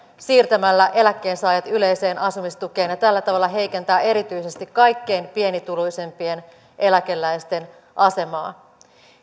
siirtämällä eläkkeensaajat yleiseen asumistukeen ja tällä tavalla heikentää erityisesti kaikkein pienituloisimpien eläkeläisten asemaa